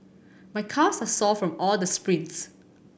my calves are sore from all the sprints